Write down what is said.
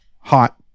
Hot